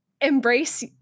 Embrace